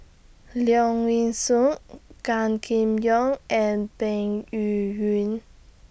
Leong Yee Soo Gan Kim Yong and Peng Yuyun